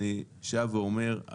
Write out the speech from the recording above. אני שב ואומר,